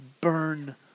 burn